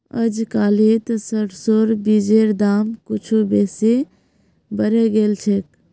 अजकालित सरसोर बीजेर दाम कुछू बेसी बढ़े गेल छेक